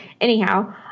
anyhow